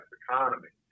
economy